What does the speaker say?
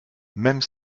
même